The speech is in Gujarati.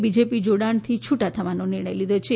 બીજેપી જોડાણથી છૂટા થવાનો નિર્ણય લીધો છે